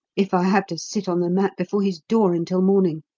if i have to sit on the mat before his door until morning.